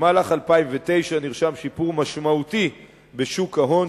במהלך 2009 נרשם שיפור משמעותי בשוק ההון,